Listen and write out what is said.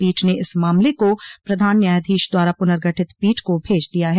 पीठ ने इस मामले को प्रधान न्यायाधीश द्वारा पुनर्गठित पीठ को भेज दिया है